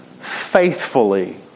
faithfully